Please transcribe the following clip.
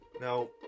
Now